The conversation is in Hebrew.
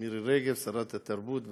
מירי רגב, שרת התרבות והספורט,